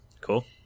Cool